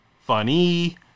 funny